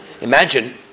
Imagine